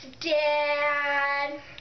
Dad